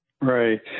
Right